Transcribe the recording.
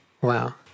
wow